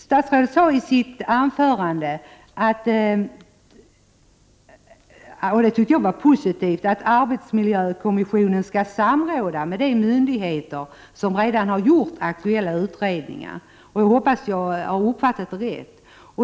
Statsrådet sade i sitt anförande — och det tycker jag var positivt — att arbetsmiljökommissionen skall samråda med de myndigheter som redan har gjort aktuella utredningar. Jag hoppas att jag har uppfattat rätt.